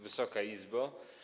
Wysoka Izbo!